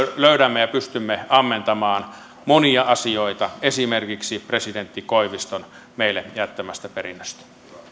löydämme ja pystymme ammentamaan monia asioita esimerkiksi presidentti koiviston meille jättämästä perinnöstä